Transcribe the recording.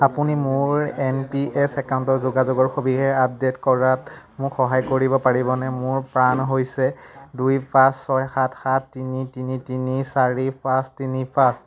আপুনি মোৰ N P S একাউণ্টৰ যোগাযোগৰ সবিশেষ আপডেট কৰাত মোক সহায় কৰিব পাৰিবনে মোৰ পান হৈছে দুই পাঁচ ছয় সাত সাত তিনি তিনি তিনি চাৰি পাঁচ তিনি পাঁচ